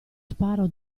sparo